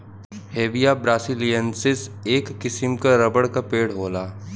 Hevea brasiliensis, एक किसिम क रबर क पेड़ होला